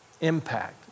impact